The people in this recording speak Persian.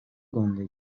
گنده